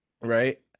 right